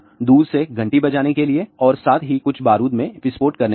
दूर से घंटी बजाने के लिए और साथ ही कुछ बारूद में विस्फोट करने के लिए